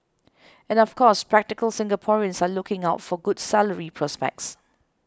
and of course practical Singaporeans are looking out for good salary prospects